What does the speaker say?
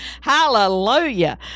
hallelujah